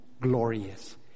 glorious